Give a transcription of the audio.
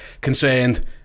concerned